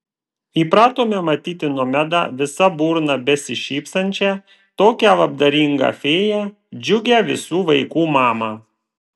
įpratome matyti nomedą visa burna besišypsančią tokią labdaringą fėją džiugią visų vaikų mamą